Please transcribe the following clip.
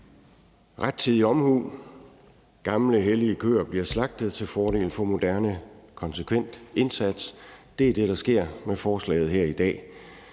det, at gamle hellige køer bliver slagtet til fordel for en moderne konsekvent indsats, er det, der sker med forslaget her i dag.